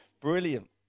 Brilliant